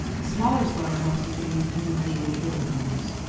smaller slaughterhouses may use individual killing cones.